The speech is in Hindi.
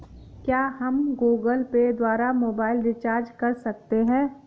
क्या हम गूगल पे द्वारा मोबाइल रिचार्ज कर सकते हैं?